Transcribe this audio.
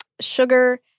sugar